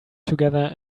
together